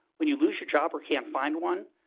when you lose your job or can't find one,